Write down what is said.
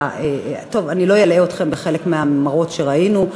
טוב, אני לא אלאה אתכם בחלק מהמראות שראינו.